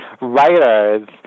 writers